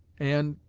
and,